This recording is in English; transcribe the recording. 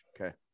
Okay